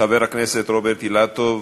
חבר הכנסת רוברט אילטוב,